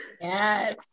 Yes